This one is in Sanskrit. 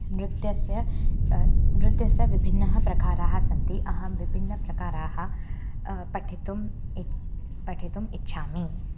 नृत्यस्य नृत्यस्य विभिन्नाः प्रकाराः सन्ति अहं विभिन्नप्रकाराः पठितुम् इ पठितुम् इच्छामि